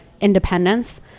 Independence